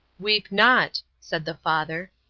weep not, said the father,